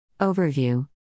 Overview